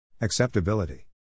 Acceptability